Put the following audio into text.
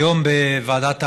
היום בוועדת העבודה,